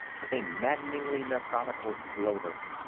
with a maddeningly methodical slowness,